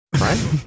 Right